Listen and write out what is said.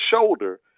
shoulder